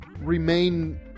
remain